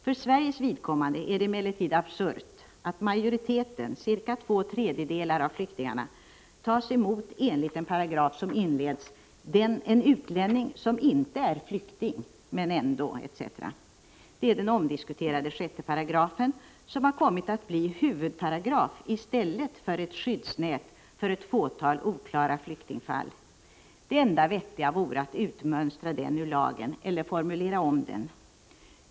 För Sveriges vidkommande är det emellertid absurt att majoriteten, ca två tredjedelar av flyktingarna, tas emot enligt en paragraf som inleds ”En utlänning, som inte är flykting men som ändå ——-”. Det är den omdiskuterade sjätte paragrafen, som har kommit att bli huvudparagrafi stället för ett skyddsnät för ett fåtal oklara flyktingfall. Det enda vettiga vore att utmönstra den ur lagen eller omformulera den.